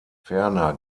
ferner